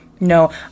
No